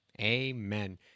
Amen